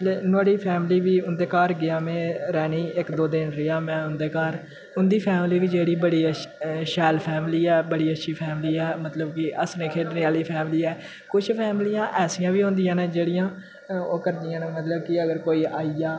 नुहाड़ी फैमिली बी उं'दे घर गेआ मैं रैह्ने गी इक दो दिन रेहा में उंदे घर उं'दी फैमिली बी जेह्ड़ी बड़ी अछी शैल फैमिली ऐ बड़ी अच्छी फैमिली ऐ मतलब कि हस्सने खेढने आह्ली फैमिली ऐ कुछ फैमिलियां ऐसी बी होन्दियां न जेह्ड़ियां ओह् करदियां न मतलब कि अगर कोई आई जा